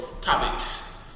topics